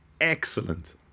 excellent